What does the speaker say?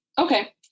okay